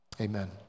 amen